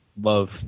love